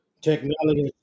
technology